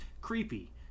Creepy